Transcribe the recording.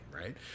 right